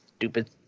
stupid